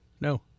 no